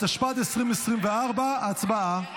התשפ"ד 2024. הצבעה.